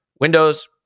Windows